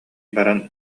баран